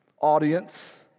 audience